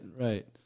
Right